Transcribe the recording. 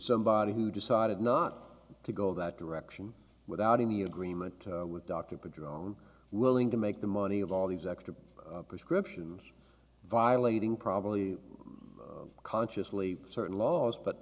somebody who decided not to go that direction without any agreement with dr pajoy own willing to make the money of all these extra prescriptions violating probably consciously certain laws but